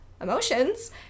emotions